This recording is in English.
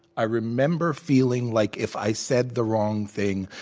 i remember feeling like if i said the wrong thing,